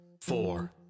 four